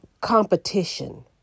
competition